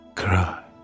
cry